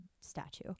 statue